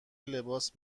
لباس